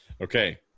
Okay